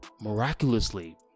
miraculously